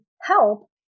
help